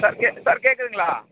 sir கே sir கேட்குதுங்களா